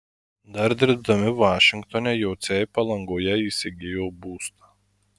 dar dirbdami vašingtone jociai palangoje įsigijo būstą